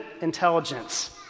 intelligence